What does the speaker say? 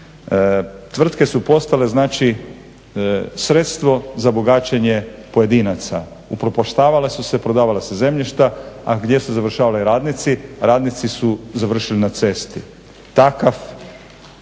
tvrtke su postale sredstvo za bogaćenje pojedinaca. Upropaštavale su, prodavala su se zemljišta, a gdje su završavali radnici? Radni su završili na cesti. Takav